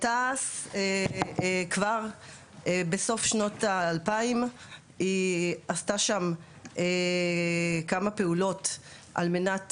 תעש כבר בסוף שנת ה-2000 היא עשתה שם כמה פעולות על מנת